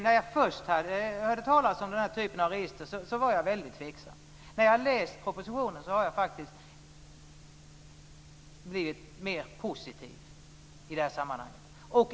När jag först hörde talas om den typen av register var jag väldigt tveksam, men efter att ha läst propositionen har jag faktiskt blivit mer positiv.